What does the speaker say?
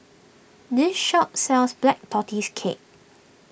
this shop sells Black Tortoise Cake